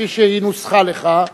כפי שהיא נוסחה לך.